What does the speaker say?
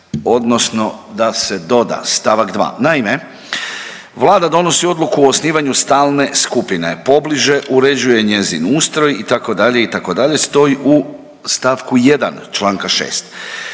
odnosno da se doda st. 2.. Naime, Vlada donosi odluku o osnivanju stalne skupine, pobliže uređuje njezin ustroj itd., itd., stoji u st. 1. čl. 6.,